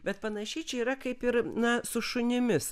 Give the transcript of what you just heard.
bet panašiai čia yra kaip ir na su šunimis